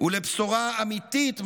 ולבשורה אמיתית מהממשלה,